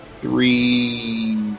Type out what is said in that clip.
three